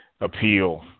appeal